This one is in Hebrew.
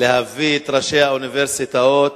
להביא את ראשי האוניברסיטאות,